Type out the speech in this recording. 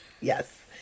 Yes